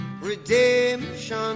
Redemption